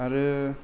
आरो